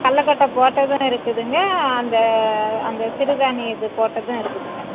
கடலக் கொட்டை போட்டதும் இருக்குதுங்க அந்த அந்த சிறுதானியம் இது போட்டதும் இருக்குதுங்க